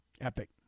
epic